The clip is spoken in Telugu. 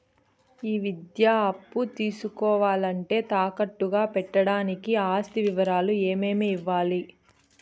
ఈ విద్యా అప్పు తీసుకోవాలంటే తాకట్టు గా పెట్టడానికి ఆస్తి వివరాలు ఏమేమి ఇవ్వాలి?